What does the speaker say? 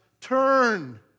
turn